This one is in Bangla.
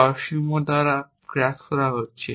যা অসীম দ্বারা গ্রাস করা হচ্ছে